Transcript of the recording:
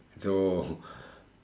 so